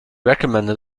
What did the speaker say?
recommended